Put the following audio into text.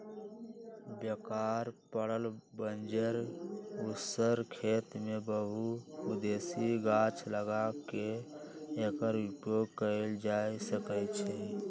बेकार पड़ल बंजर उस्सर खेत में बहु उद्देशीय गाछ लगा क एकर उपयोग कएल जा सकै छइ